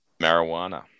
marijuana